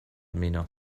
miene